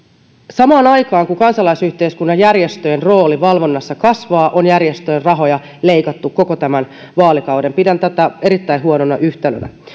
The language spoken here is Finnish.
samaan aikaan kun kansalaisyhteiskunnan ja järjestöjen rooli valvonnassa kasvaa on järjestöjen rahoja leikattu koko tämän vaalikauden pidän tätä erittäin huonona yhtälönä